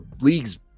league's